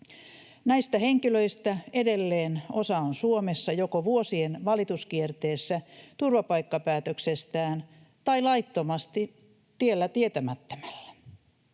Näistä henkilöistä edelleen osa on Suomessa joko vuosien valituskierteessä turvapaikkapäätöksestään tai laittomasti tiellä tietämättömällä.